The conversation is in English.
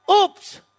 Oops